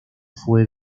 fue